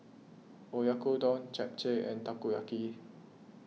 Oyakodon Japchae and Takoyaki